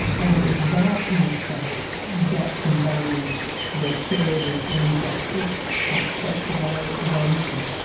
and it was that insight that combined the charity and justice aspect of our of our mission.